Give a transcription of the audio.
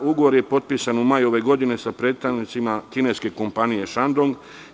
Ugovor je potpisan u maju ove godine sa predstavnicima kineske kompanije „Šandong“